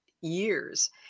years